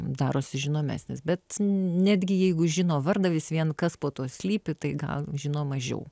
darosi žinomesnis bet netgi jeigu žino vardą vis vien kas po tuo slypi tai gal žino mažiau